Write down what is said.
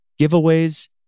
giveaways